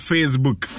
Facebook